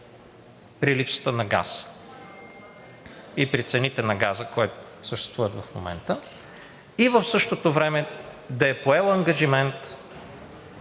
при липсата на газ и при цените на газа, които съществуват в момента, и в същото време да е поела ангажимент